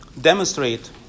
demonstrate